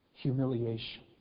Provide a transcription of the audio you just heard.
Humiliation